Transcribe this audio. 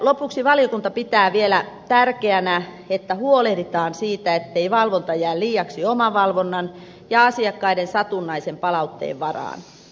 lopuksi valiokunta pitää vielä tärkeänä että huolehditaan siitä ettei valvonta jää liiaksi omavalvonnan ja asiakkaiden satunnaisen palautteen varaan